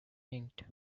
inked